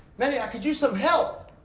manny, i could use some help!